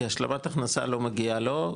כי השלמת הכנסה לא מגיעה לו,